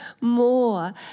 more